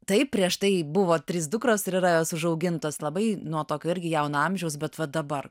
taip prieš tai buvo trys dukros ir yra jos užaugintos labai nuo tokio irgi jauno amžiaus bet vat dabar